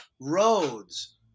roads